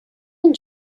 and